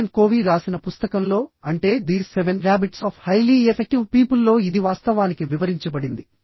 Stephen Covey రాసిన పుస్తకంలో అంటే the seven habits of highly effective people లో ఇది వాస్తవానికి వివరించబడింది